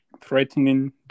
threatening